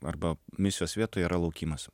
arba misijos vietoj yra laukimas